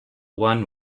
one